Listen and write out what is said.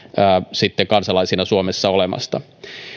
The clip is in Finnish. kansalaisina suomessa olemasta